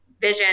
vision